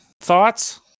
Thoughts